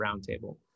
roundtable